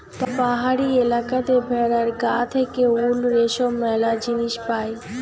পাহাড়ি এলাকাতে ভেড়ার গা থেকে উল, রেশম ম্যালা জিনিস পায়